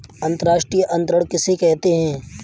अंतर्राष्ट्रीय अंतरण किसे कहते हैं?